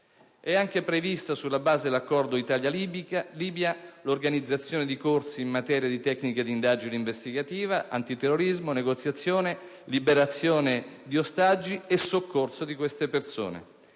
rafforzato. Sulla base dell'Accordo Italia-Libia è anche prevista l'organizzazione di corsi in materia di tecnica d'indagine investigativa, antiterrorismo, negoziazione, liberazione di ostaggi e soccorso di queste persone.